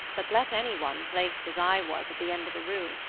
but let anyone, placed as i was at the end of a room,